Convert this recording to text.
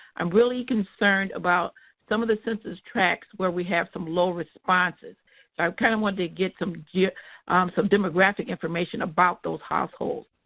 i'm really concerned about some of the census tracts where we have some low responses so i kind of wanted to get some get some demographic information about those household.